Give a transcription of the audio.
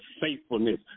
faithfulness